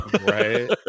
right